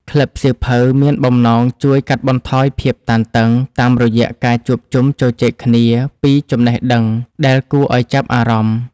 ក្លឹបសៀវភៅមានបំណងជួយកាត់បន្ថយភាពតានតឹងតាមរយៈការជួបជុំជជែកគ្នាពីចំណេះដឹងដែលគួរឱ្យចាប់អារម្មណ៍។